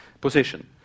position